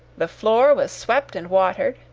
the floor was swept and watered,